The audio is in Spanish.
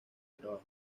trabajo